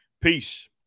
Peace